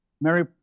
Mary